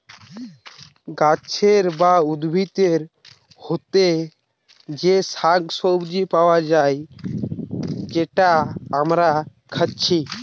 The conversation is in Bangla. গাছের বা উদ্ভিদ হোতে যে শাক সবজি পায়া যায় যেটা আমরা খাচ্ছি